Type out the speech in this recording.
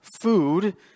food